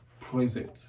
present